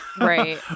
right